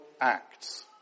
acts